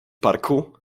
parku